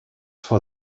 for